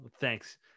Thanks